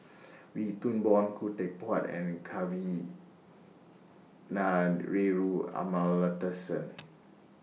Wee Toon Boon Khoo Teck Puat and Kavignareru Amallathasan